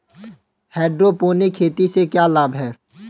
Hydroponic खेती से क्या लाभ हैं?